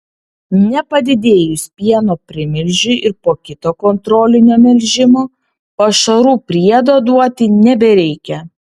nepadidėjus pieno primilžiui ir po kito kontrolinio melžimo pašarų priedo duoti nebereikia